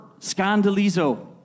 scandalizo